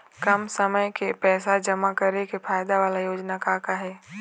कम समय के पैसे जमा करे के फायदा वाला योजना का का हे?